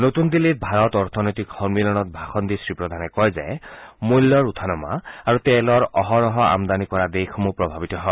নতুন দিল্লীত ভাৰত অৰ্থনৈতিক সন্মিলনত ভাষণ দি শ্ৰীপ্ৰধানে কয় যে মূল্যৰ উঠা নমা আৰু তেলৰ অহৰহ আমদানী কৰা দেশসমূহ প্ৰভাৱিত হয়